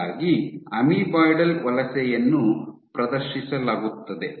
ಹೀಗಾಗಿ ಅಮೀಬಾಯ್ಡಲ್ ವಲಸೆಯನ್ನು ಪ್ರದರ್ಶಿಸಲಾಗುತ್ತದೆ